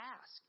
ask